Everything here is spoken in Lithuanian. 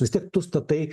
vistiek tu statai